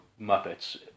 Muppets